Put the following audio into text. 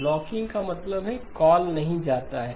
blocking का मतलब है कि कॉल नहीं जाता है